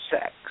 sex